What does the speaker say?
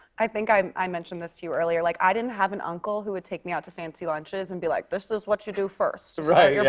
i think i um i mentioned this to you earlier. like, i didn't have an uncle who would take me out to fancy lunches and be like, this is what you do first. right. yeah.